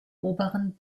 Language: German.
oberen